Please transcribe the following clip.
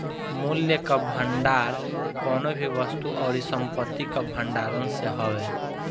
मूल्य कअ भंडार कवनो भी वस्तु अउरी संपत्ति कअ भण्डारण से हवे